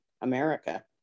America